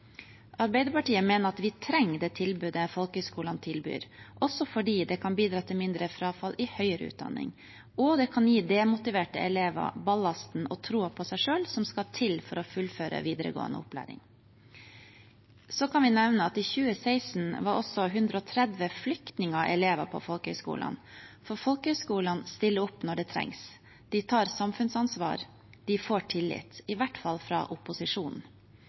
Arbeiderpartiet mener at vi trenger det tilbudet folkehøyskolene tilbyr, også fordi det kan bidra til mindre frafall i høyere utdanning, og det kan gi demotiverte elever den ballasten og troen på seg selv som skal til for å fullføre videregående opplæring. Så kan vi nevne at i 2016 var 130 flyktninger elever på folkehøyskolene, for folkehøyskolene stiller opp når det trengs. De tar samfunnsansvar, de får tillit – i hvert fall fra opposisjonen.